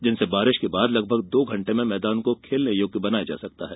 जिनसे बारिश के बाद लगभग दो घंटे में मैदान को खेलने योग्य बनाया जा सकता है